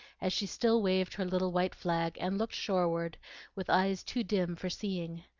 as she still waved her little white flag, and looked shoreward with eyes too dim for seeing.